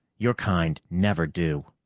your kind never do.